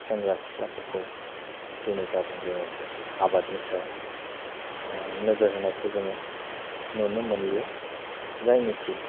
सेंग्रा सिख्लाफोरखौ दिनै गाबोन जोङो आबादनि सायाव नोजोर होनायखौ जोङो नुनो मोनलिया जायनिखि